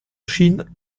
chine